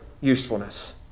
usefulness